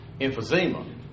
emphysema